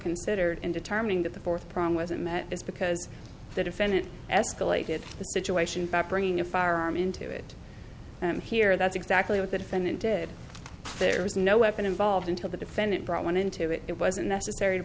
considered in determining that the fourth problem was and that is because the defendant escalated the situation back bringing a firearm into it and here that's exactly what the defendant did there is no weapon involved until the defendant brought one into it it wasn't necessary to